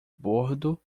bordo